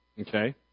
Okay